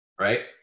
right